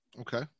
Okay